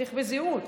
צריך בזהירות.